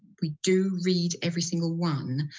we do read every single one.